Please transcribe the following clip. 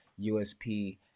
USP